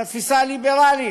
את התפיסה הליברלית,